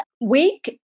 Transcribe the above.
week